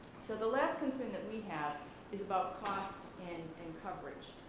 so the last concern that we have is about cost and and coverage,